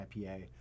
IPA